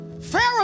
Pharaoh